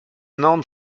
known